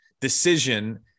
decision